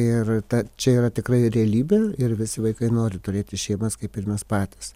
ir ta čia yra tikrai realybė ir visi vaikai nori turėti šeimas kaip ir mes patys